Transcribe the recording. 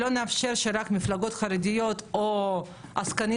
לא נאפשר שרק מפלגות חרדיות או העסקנים